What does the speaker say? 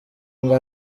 ngo